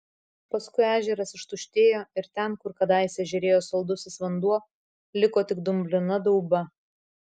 paskui ežeras ištuštėjo ir ten kur kadaise žėrėjo saldusis vanduo liko tik dumblina dauba